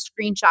screenshot